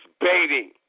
baiting